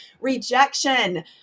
Rejection